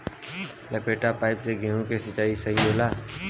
लपेटा पाइप से गेहूँ के सिचाई सही होला?